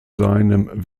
seinem